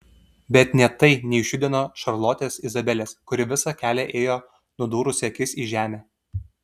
bet nė tai neišjudino šarlotės izabelės kuri visą kelią ėjo nudūrusi akis į žemę